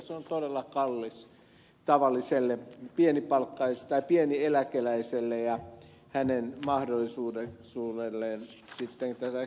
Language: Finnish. se on todella kallis tavalliselle pieneläkeläiselle ja hänen mahdollisuudelleen sitten tätä käyttää